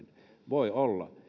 voi olla